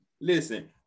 Listen